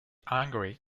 angry